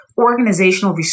organizational